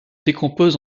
décompose